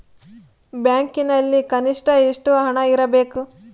ಬ್ಯಾಂಕಿನಲ್ಲಿ ಕನಿಷ್ಟ ಎಷ್ಟು ಹಣ ಇಡಬೇಕು?